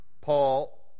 Paul